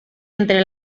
entre